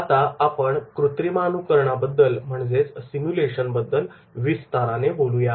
आता आपण कृत्रिमानुकरणाबद्दल सिम्युलेशनबद्दल विस्ताराने बोलूया